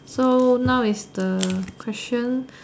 so now is the question